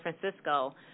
Francisco